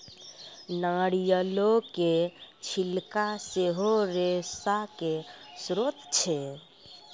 नारियलो के छिलका सेहो रेशा के स्त्रोत छै